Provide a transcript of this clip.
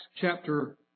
chapter